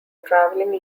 travelling